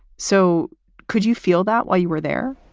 so could you feel that while you were there?